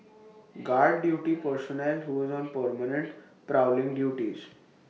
guard duty personnel who is on permanent prowling duties